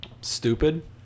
Stupid